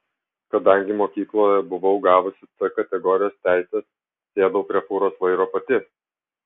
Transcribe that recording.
kadangi mokykloje buvau gavusi c kategorijos teises sėdau prie fūros vairo pati